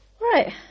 Right